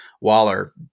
Waller